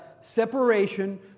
separation